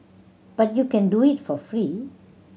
but you can do it for free